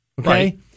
okay